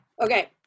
okay